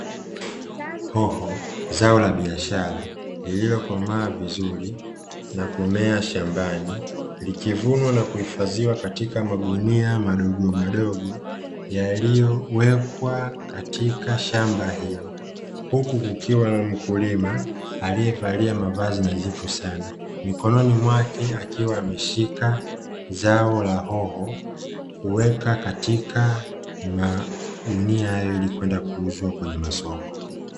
Hoho zao la biashara lililokomaa vizuri na kumea shambani, likivunwa na kuhifadhiwa katika magunia madogomadogo, yaliyowekwa katika shamba hilo, huku kukiwa na mkulima alievalia mavazi nadhifu sana, mikononi mwake akiwa ameshika zao la hoho, kuweka katika magunia hayo ili kwenda kuuzwa katika masoko.